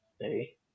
Hey